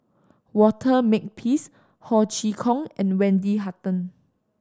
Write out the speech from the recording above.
Walter Makepeace Ho Chee Kong and Wendy Hutton